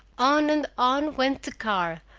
on and on went the car,